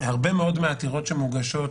הרבה מאוד מהעתירות שמוגשות